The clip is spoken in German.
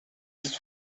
ist